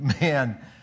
man